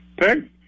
Peg